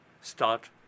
start